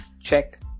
Check